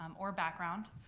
um or background.